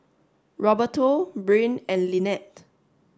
Roberto Brynn and Linette